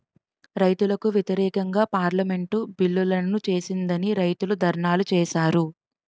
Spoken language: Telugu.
రైతులకు వ్యతిరేకంగా పార్లమెంటు బిల్లులను చేసిందని రైతులు ధర్నాలు చేశారు